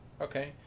Okay